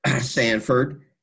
Sanford